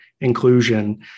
inclusion